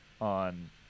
on